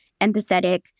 empathetic